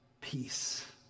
peace